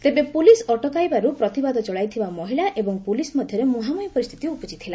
ତେବେ ପୋଲିସ୍ ଅଟକାଇବାରୁ ପ୍ରତିବାଦ ଚଳାଇଥିବା ମହିଳା ଏବଂ ପୋଲିସ୍ ମଧ୍ଧରେ ମ୍ରହାଁମ୍ହିଁ ପରିସ୍ଥିତି ଉପୁଜିଥିଲା